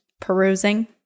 perusing